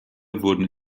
wurden